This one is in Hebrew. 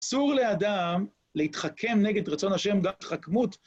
אסור לאדם להתחכם נגד רצון ה' גם התחכמות